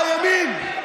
הימין.